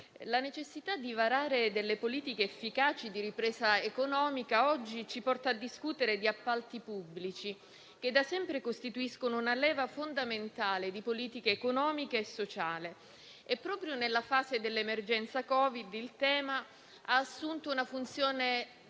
la necessità di varare delle politiche efficaci di ripresa economica oggi ci porta a discutere di appalti pubblici, che da sempre costituiscono una leva fondamentale di politica economica e sociale. Proprio nella fase dell'emergenza Covid, il tema ha assunto una funzione essenziale